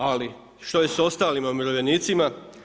Ali što je sa ostalim umirovljenicima?